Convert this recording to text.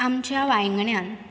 आमच्या वांयगण्यान